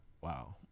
Wow